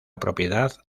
propiedad